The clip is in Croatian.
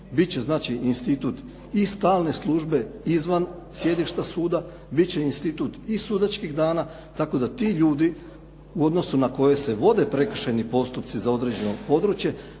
Bit će znači institut i stalne službe izvan sjedišta suda, bit će institut i sudačkih dana tako da ti ljudi u odnosu na koje se vode prekršajni postupci za određeno područje